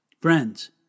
Friends